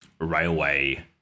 railway